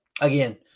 again